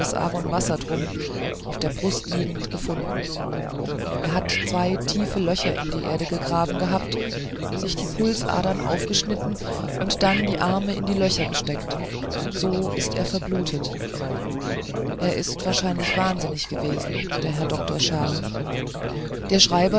aaron wassertrum auf der brust liegend gefunden er hat zwei tiefe löcher in die erde gegraben gehabt sich die pulsadern aufgeschnitten und dann die arme in die löcher gesteckt so ist er verblutet er ist wahrscheinlich wahnsinnig gewesen der herr dr char der